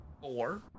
Four